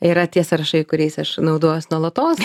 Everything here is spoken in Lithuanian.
yra tie sąrašai kuriais aš naudojuos nuolatos